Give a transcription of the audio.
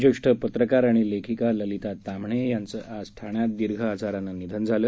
ज्येष्ठ पत्रकार आणि लेखक ललिता ताम्हणे यांचं आज ठाण्यात दीर्घ आजारानं निधन झालं